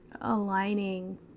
aligning